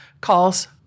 calls